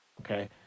Okay